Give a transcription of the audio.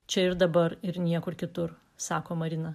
čia ir dabar ir niekur kitur sako marina